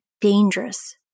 dangerous